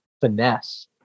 finesse